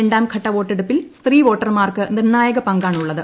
രണ്ടാം ഘട്ട വോട്ടെടുപ്പിൽ സ്ത്രീ വോട്ടർമാർക്ക് നിർണ്ണായക പങ്കാണുള്ളത്